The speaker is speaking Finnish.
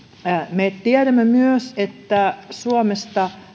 me tiedämme myös että suomessa